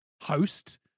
host